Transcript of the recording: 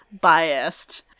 biased